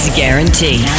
guarantee